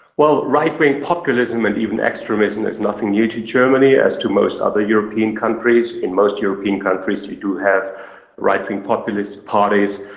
well, right-wing populism and even extremism is nothing new to germany, as to most other european countries. in most european countries you do have right-wing populist parties,